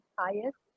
highest